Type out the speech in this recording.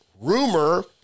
rumor